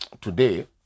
Today